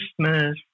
Christmas